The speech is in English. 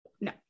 No